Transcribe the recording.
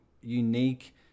unique